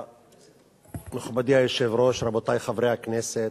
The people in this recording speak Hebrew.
מכובדי היושב-ראש, רבותי חברי הכנסת,